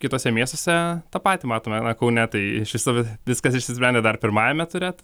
kituose miestuose tą patį matome kaune tai iš viso viskas išsisprendė dar pirmajame ture